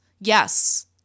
Yes